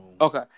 Okay